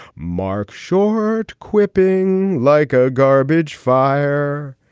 mark short quipping like a garbage fire.